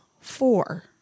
four